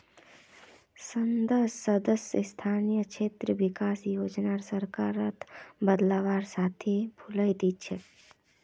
संसद सदस्य स्थानीय क्षेत्र विकास योजनार सरकारक बदलवार साथे भुलई दिल छेक